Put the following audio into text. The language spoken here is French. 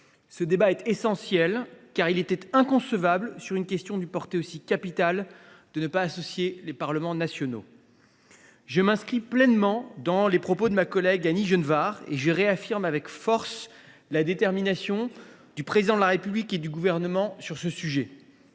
Ce débat est essentiel, car il était inconcevable, sur une question d’une portée si capitale, de ne pas associer les parlements nationaux. Je m’inscris pleinement dans les propos de ma collègue Annie Genevard et je réaffirme avec force la détermination du Président de la République et du Gouvernement sur ce sujet.